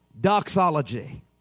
doxology